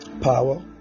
power